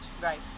Right